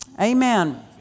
Amen